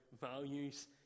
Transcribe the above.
values